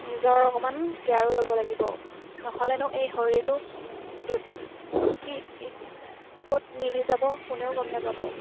নিজৰ অকণমান কেয়াৰো ল'ব লাগিব নহ'লেনো এই শৰীৰটো দু কি ক'ত মিলি যাব কোনেও গম নাপাব